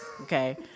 Okay